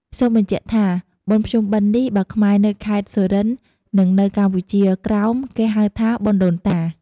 សូមបញ្ជាក់ថា បុណ្យភ្ជុំបិណ្ឌនេះ បើខ្មែរនៅខេត្ត សុរិន្ទ និងនៅកម្ពុជាក្រោម គេហៅ “បុណ្យដូនតា”។